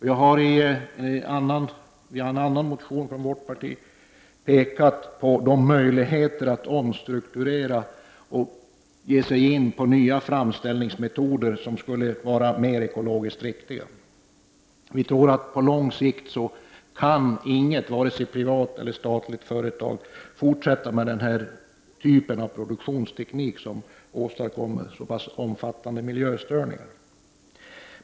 Vi har i en annan motion från vårt parti pekat på möjligheterna att omstrukturera och pröva nya framställningsmetoder som skulle vara mer ekologiskt riktiga. Vi tror att varken privata eller statliga företag på lång sikt kan fortsätta med en produktionsteknik som åstadkommer så pass omfattande miljöstörningar.